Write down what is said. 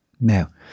Now